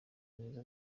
neza